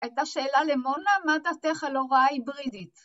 ‫הייתה שאלה למונה, ‫מה דעתך על הוראה היברידית?